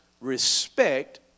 respect